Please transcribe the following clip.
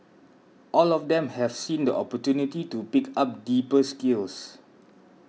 all of them have seen the opportunity to pick up deeper skills